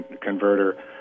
Converter